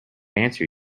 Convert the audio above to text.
answer